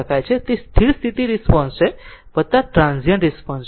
તે સ્થિર સ્થિતિ રિસ્પોન્સ ટ્રાન્ઝીયન્ટ રિસ્પોન્સ છે